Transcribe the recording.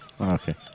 Okay